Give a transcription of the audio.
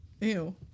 Ew